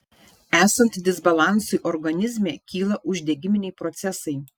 esant disbalansui organizme kyla uždegiminiai procesai